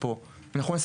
אני אתן